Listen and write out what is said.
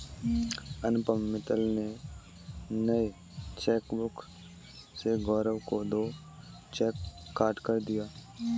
अनुपम मित्तल ने नए चेकबुक से गौरव को दो चेक काटकर दिया